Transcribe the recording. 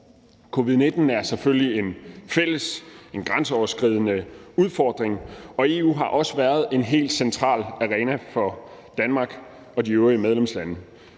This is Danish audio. Covid-19 er selvfølgelig en fælles og grænseoverskridende udfordring, og EU har også været en helt central arena for Danmark og de øvrige medlemslande.